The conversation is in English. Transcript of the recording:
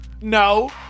No